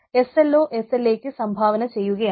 SLO SLA യ്ക്ക് സംഭാവന ചെയ്യുകയാണ്